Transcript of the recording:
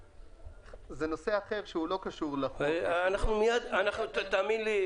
זה נושא אחר שלא קשור לחוק --- תאמין לי,